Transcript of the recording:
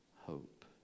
hope